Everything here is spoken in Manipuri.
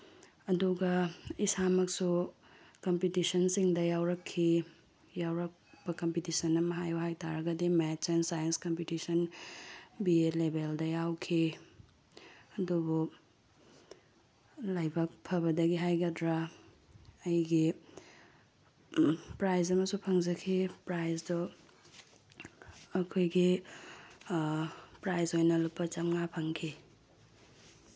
ꯑꯗꯨꯒ ꯏꯁꯥꯃꯛꯁꯨ ꯀꯝꯄꯤꯇꯤꯁꯟꯁꯤꯡꯗ ꯌꯥꯎꯔꯛꯈꯤ ꯌꯥꯎꯔꯛꯄ ꯀꯝꯄꯤꯇꯤꯁꯟ ꯑꯃ ꯍꯥꯏꯌꯨ ꯍꯥꯏ ꯇꯥꯔꯒꯗꯤ maths and science competition B A ꯂꯦꯕꯦꯜꯗ ꯌꯥꯎꯈꯤ ꯑꯗꯨꯕꯨ ꯂꯥꯏꯕꯛ ꯐꯕꯗꯒꯤ ꯍꯥꯏꯒꯗ꯭ꯔꯥ ꯑꯩꯒꯤ ꯄ꯭ꯔꯥꯏꯖ ꯑꯃꯁꯨ ꯐꯪꯖꯈꯤ ꯄ꯭ꯔꯥꯏꯖꯇꯨ ꯑꯩꯈꯣꯏꯒꯤ ꯄ꯭ꯔꯥꯏꯖ ꯑꯣꯏꯅ ꯂꯨꯄꯥ ꯆꯥꯝꯃꯉꯥ ꯐꯪꯈꯤ